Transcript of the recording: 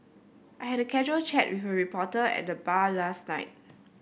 I had a casual chat with a reporter at the bar last night